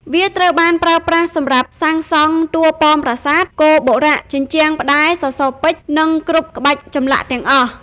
វាត្រូវបានប្រើប្រាស់សម្រាប់សាងសង់ តួប៉មប្រាសាទ គោបុរៈ ជញ្ជាំង ផ្តែរ សសរពេជ្រ និងគ្រប់ក្បាច់ចម្លាក់ ទាំងអស់។